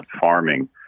farming